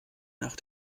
nach